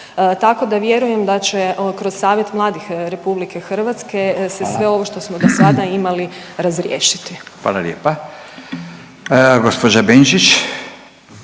Tako da vjerujem da će kroz Savjet mladih Republike Hrvatske se sve ovo što smo do sada imali razriješiti. **Radin, Furio (Nezavisni)**